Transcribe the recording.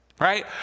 Right